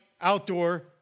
outdoor